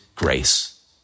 grace